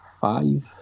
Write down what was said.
five